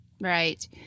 Right